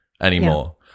anymore